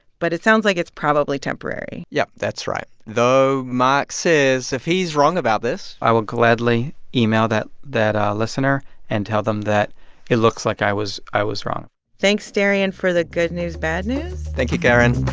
but it sounds like it's probably temporary yeah, that's right, though marc says if he's wrong about this. will gladly email that that um listener and tell them that it looks like i was i was wrong thanks, darian, for the good news-bad news thank you, karen